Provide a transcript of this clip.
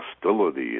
hostility